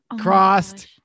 crossed